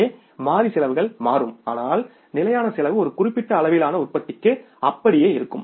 எனவே மாறி செலவுகள் மாறும் ஆனால் நிலையான செலவு ஒரு குறிப்பிட்ட அளவிலான உற்பத்திக்கு அப்படியே இருக்கும்